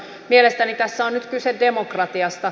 mielestäni tässä on nyt kyse demokratiasta